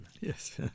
Yes